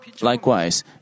Likewise